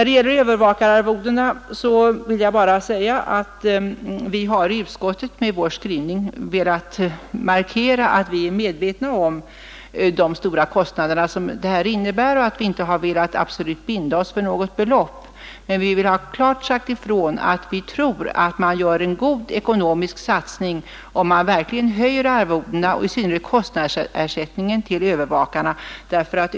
Beträffande övervakararvodena vill jag bara säga att vi i utskottet med vår skrivning har velat markera att vi är medvetna om de stora kostnader Nr 54 som förslaget innebär och att vi inte har velat absolut binda oss för något Fredagen den belopp. Vi vill ha klart utsagt att vi tror att man gör en god ekonomisk 7 april 1972 satsning om man höjer arvodena, i synnerhet kostnadsersättningen till ————— övervakarna.